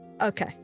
Okay